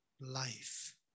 life